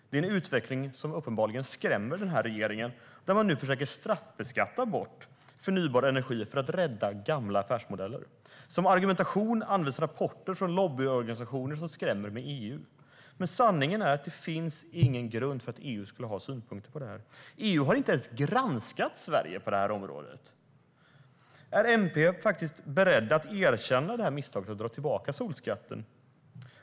Det är en utveckling som uppenbarligen skrämmer denna regering när den nu försöker straffbeskatta bort förnybar energi för att rädda gamla affärsmodeller. Som argumentation används rapporter från lobbyorganisationer som skrämmer med EU. Men sanningen är att det inte finns någon grund för att EU skulle ha synpunkter på detta. EU har inte ens granskat Sverige på detta område. Är Miljöpartiet faktiskt berett att erkänna detta misstag och dra tillbaka solskatten?